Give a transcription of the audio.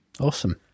Awesome